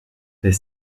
les